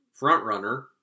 frontrunner